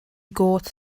gôt